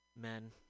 men